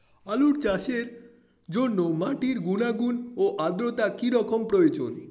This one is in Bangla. আলু চাষের জন্য মাটির গুণাগুণ ও আদ্রতা কী রকম প্রয়োজন?